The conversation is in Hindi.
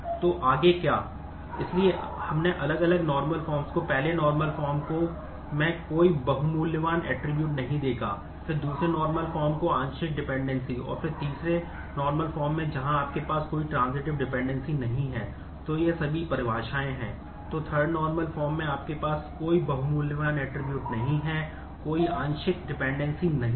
तो आगे क्या इसलिए हमने अलग अलग नार्मल फॉर्म्स नहीं है